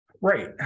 Right